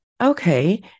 Okay